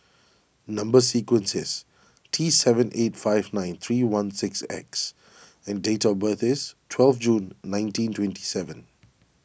Number Sequence is T seven eight five nine three one six X and date of birth is twelve June nineteen twenty seven